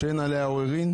שאין עליה עוררין,